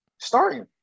starting